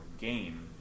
game